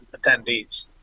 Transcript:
attendees